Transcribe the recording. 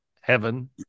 Heaven